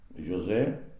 José